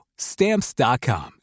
Stamps.com